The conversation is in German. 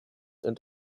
und